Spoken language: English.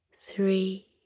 Three